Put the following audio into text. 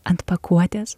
ant pakuotės